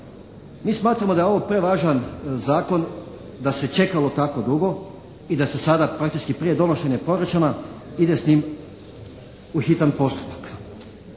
mi smatramo da je ovo prevažan zakon da se čekalo tako dugo i da se sada prije donošenja proračuna ide s tim u hitan postupak.